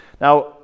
Now